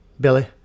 Billy